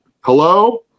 Hello